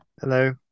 Hello